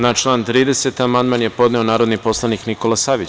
Na član 30. amandman je podneo narodni poslanik Nikola Savić.